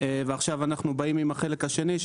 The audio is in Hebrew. ועכשיו אנחנו באים עם החלק השני.